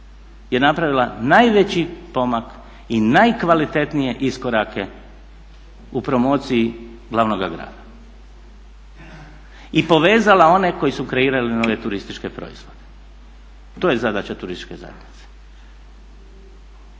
je napravila najveći pomak i najkvalitetnije iskorake u promociji glavnoga grada i povezala one koji su kreirali nove turističke proizvode. To je zadaća turističke zajednice.